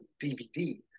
dvd